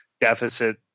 deficit